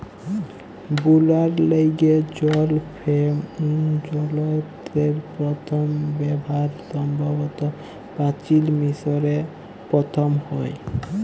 বুলার ল্যাইগে জল ফেম যলত্রের পথম ব্যাভার সম্ভবত পাচিল মিশরে পথম হ্যয়